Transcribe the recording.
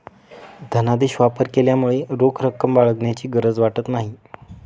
धनादेश वापर केल्यामुळे रोख रक्कम बाळगण्याची गरज नाही वाटत